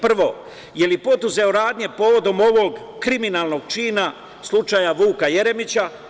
Prvo, da li je preduzeo radnje povodom ovog kriminalnog čina slučaja Vuka Jeremića?